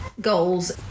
goals